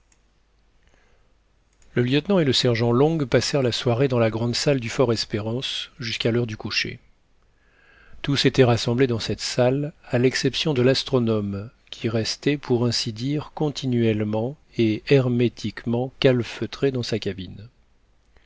le lieutenant et le sergent long passèrent la soirée dans la grande salle du fort espérance jusqu'à l'heure du coucher tous étaient rassemblés dans cette salle à l'exception de l'astronome qui restait pour ainsi dire continuellement et hermétiquement calfeutré dans sa cabine